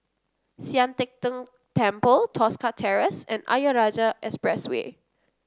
Sian Teck Tng Temple Tosca Terrace and Ayer Rajah Expressway